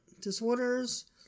disorders